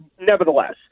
nevertheless